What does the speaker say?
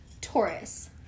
Taurus